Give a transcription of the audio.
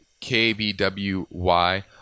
KBWY